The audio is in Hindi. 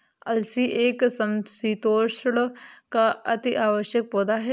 अलसी एक समशीतोष्ण का अति आवश्यक पौधा है